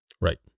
Right